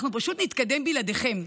אנחנו פשוט נתקדם בלעדיכם.